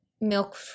milk